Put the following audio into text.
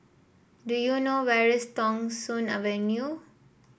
do you know where is Thong Soon Avenue